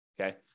okay